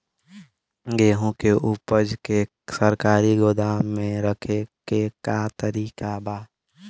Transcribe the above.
गेहूँ के ऊपज के सरकारी गोदाम मे रखे के का तरीका बा?